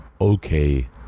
okay